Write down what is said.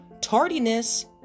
tardiness